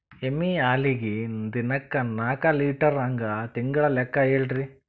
ಎಮ್ಮಿ ಹಾಲಿಗಿ ದಿನಕ್ಕ ನಾಕ ಲೀಟರ್ ಹಂಗ ತಿಂಗಳ ಲೆಕ್ಕ ಹೇಳ್ರಿ?